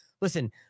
listen